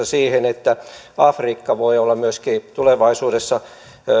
siihen että myöskin afrikka voi olla tulevaisuudessa